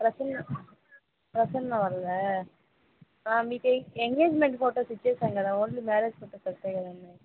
ప్రసన్న ప్రసన్న వారిదా మీకు engagement photos ఇచ్చేసాం కదా ఓన్లీ మ్యారేజ్ ఫొటోస్ వస్తాయి కదండి